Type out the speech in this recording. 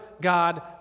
God